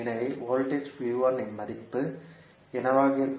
எனவே வோல்டேஜ் இன் மதிப்பு என்னவாக இருக்கும்